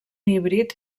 híbrid